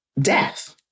death